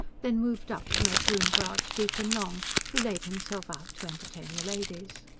then moved up to make room for archdeacon long, who laid himself out to entertain the ladies.